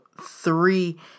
three